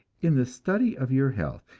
in the study of your health,